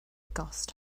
gost